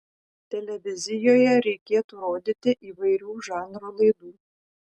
televizijoje reikėtų rodyti įvairių žanrų laidų